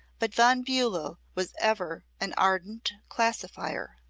but von bulow was ever an ardent classifier.